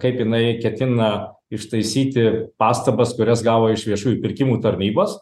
kaip jinai ketina ištaisyti pastabas kurias gavo iš viešųjų pirkimų tarnybos